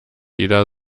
jeder